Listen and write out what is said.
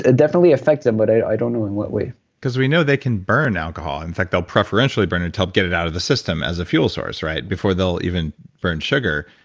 ah definitely affects them, but i don't know in what way cause we know they can burn alcohol. in fact, they'll preferentially burn it to get it out of the system as a fuel source before they'll even burn sugar.